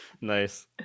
Nice